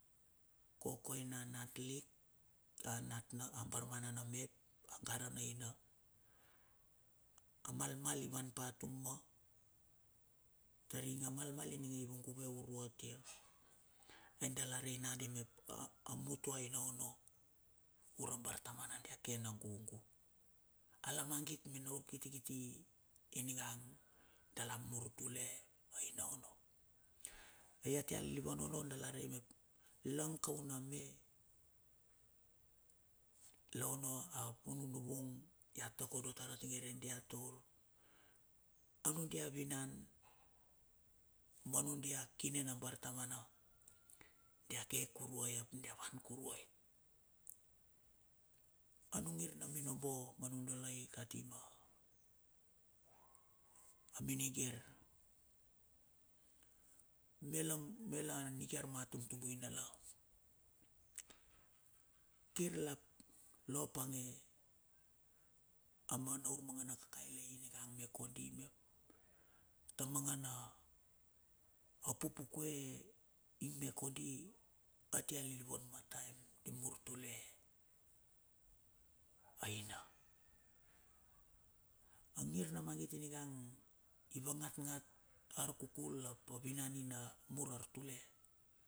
Ko koina nat lik, a nat a bar va na namit, a gara na ina. A malmal i van pa tumo, ter ing a malmal eninge ivong guve uvot kir endala rei nakandi mep, a mur tu ai na ono, vura bartamana dek ke na gugu. A la mangit na urkiti kiti, eningang dala mur tule ai nangondo. E tia lilivan ono langa dari mep, lang kau na me, la ono a nur nur vung ia takodo tar a tinge ren dia tavur. Anun dia vinan manun dia kinen na bartamana, dia ke kuru oi ie, devan kuru oi. Anung ngir na minobo, manun dala i kati ma a minigir. Melang, mela niki ar ma tumtubui dala. Kir la ap lo pange, a mana ur mangana kakai lei nigang me kondi mep, ta mangana a pupukue i mer kondi, atia lilivan ma taem di mur tule aina. A ngir na mangit inigang, iva ngat ngat arkukul ap a vinan ina mur artule.